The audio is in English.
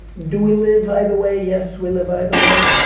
do we live either way? yes, we live either way.